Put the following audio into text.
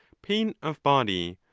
pain of body,